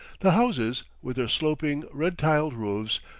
the houses, with their sloping, red-tiled roofs,